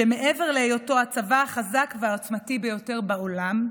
שמעבר להיותו הצבא החזק והעצמתי ביותר בעולם,